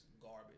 garbage